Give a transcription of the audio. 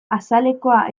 azalekoa